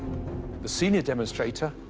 the senior demonstrator,